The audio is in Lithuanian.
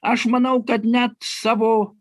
aš manau kad net savo